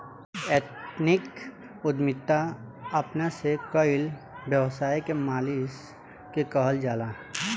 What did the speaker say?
ethnic उद्यमिता अपना से कईल व्यवसाय के मालिक के कहल जाला